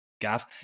Gav